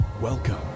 Welcome